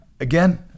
Again